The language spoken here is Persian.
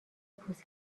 پوست